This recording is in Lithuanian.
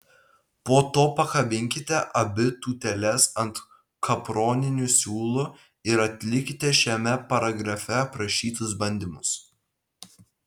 po to pakabinkite abi tūteles ant kaproninių siūlų ir atlikite šiame paragrafe aprašytus bandymus